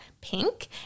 pink